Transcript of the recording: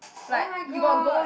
oh-my-god